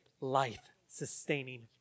life-sustaining